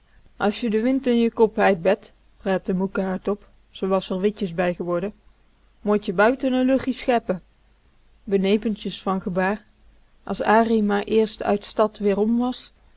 as je de wind in je kop heit bet praatte moeke hardop ze was r witjes bij geworden mot je buiten n luchie scheppe benepentjes van gebaar as an maar eerst uit stad werom was